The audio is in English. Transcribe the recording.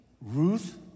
Ruth